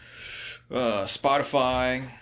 Spotify